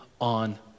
on